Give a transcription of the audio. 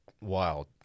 wild